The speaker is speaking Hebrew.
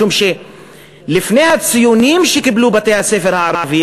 לפני הציונים שקיבלו בתי-הספר הערביים,